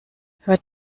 hört